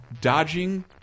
dodging